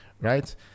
right